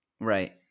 Right